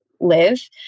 live